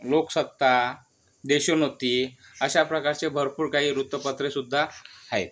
लोकसत्ता देशोन्नती अशा प्रकारचे भरपूर काही वृत्तपत्रे सुद्धा आहेत